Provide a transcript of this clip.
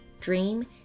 dream